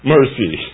Mercy